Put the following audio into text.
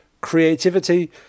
Creativity